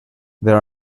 there